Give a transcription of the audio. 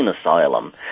asylum